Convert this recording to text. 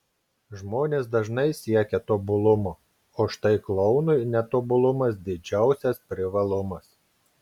žmonės dažnai siekia tobulumo o štai klounui netobulumas didžiausias privalumas